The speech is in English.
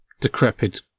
decrepit